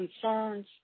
concerns